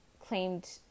claimed